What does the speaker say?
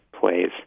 plays